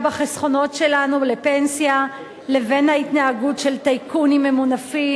בחסכונות שלנו לפנסיה ובין ההתנהגות של טייקונים ממונפים,